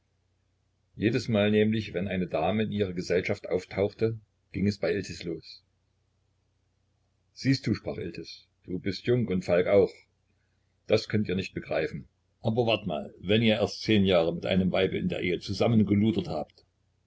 jedesmal nämlich wenn eine dame in ihrer gesellschaft auftauchte ging es bei iltis los siehst du sprach iltis du bist jung und falk auch das könnt ihr nicht begreifen aber wart mal wenn ihr erst zehn jahre mit einem weibe in der ehe zusammengeludert habt